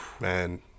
Man